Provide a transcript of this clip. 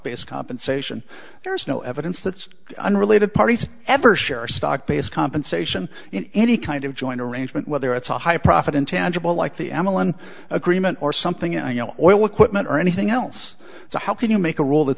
based compensation there's no evidence that unrelated parties ever share stock based compensation in any kind of joint arrangement whether it's a high profit intangible like the emeline agreement or something in oil equipment or anything else so how can you make a rule that